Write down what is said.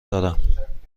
دارم